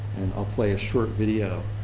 i'll play a short video.